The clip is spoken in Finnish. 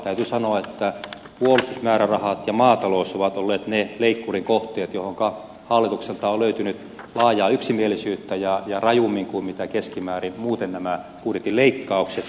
täytyy sanoa että puolustusmäärärahat ja maatalous ovat olleet ne leikkurin kohteet joihinka hallitukselta on löytynyt laajaa yksimielisyyttä ja rajummin kuin mitä keskimäärin muuten ovat nämä budjetin leikkaukset